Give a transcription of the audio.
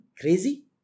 crazy